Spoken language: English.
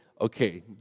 okay